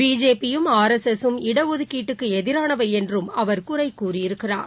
BJP யும் R S S ம் இடஒதுக்கீட்டுக்குஎதிராளவௌன்றுஅவர் குறைகூறியிருக்கிறார்